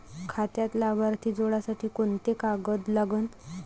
खात्यात लाभार्थी जोडासाठी कोंते कागद लागन?